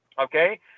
okay